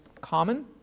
common